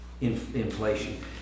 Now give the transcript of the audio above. inflation